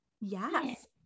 Yes